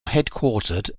headquartered